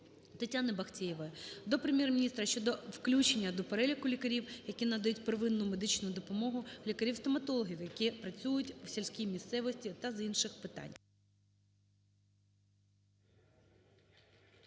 Тетяни Бахтеєвої до Прем'єр-міністра щодо включення до переліку лікарів, які надають первинну медичну допомогу, лікарів-стоматологів, які працюють в сільській місцевості та з інших питань.